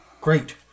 great